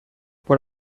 but